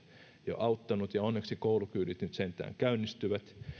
jo auttanut ja onneksi koulukyydit nyt sentään käynnistyvät